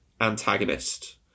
antagonist